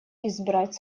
избрать